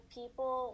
people